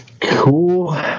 Cool